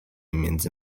między